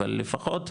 אבל לפחות,